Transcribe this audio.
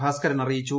ഭാസ്കരൻ അറിയിച്ചു